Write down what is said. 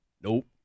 Nope